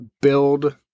build